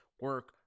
Work